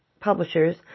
Publishers